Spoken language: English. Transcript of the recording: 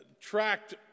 tracked